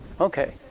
Okay